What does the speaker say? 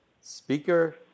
speaker